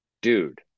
dude